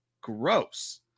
gross